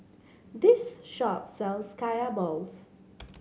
this shop sells Kaya Balls